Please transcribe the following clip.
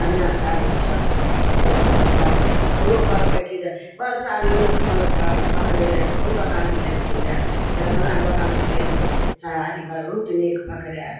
बढ़िआँ साड़ी छै बेटियो पुतोहु कहलकै पुतोहु कहलकै कि जे बड़ साड़ी नीक प प पकड़ेलै हन कोन दोकानमे लेलखिन रहय कहलियै फलाँ दोकानमे लेलियै साड़ी बहुत नीक पकड़ायल